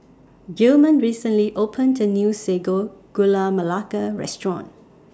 Gilman recently opened A New Sago Gula Melaka Restaurant